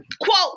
quote